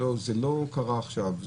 זה לא קרה עכשיו.